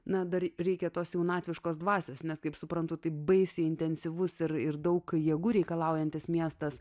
na dar reikia tos jaunatviškos dvasios nes kaip suprantu taip baisiai intensyvus ir ir daug jėgų reikalaujantis miestas